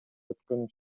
өткөн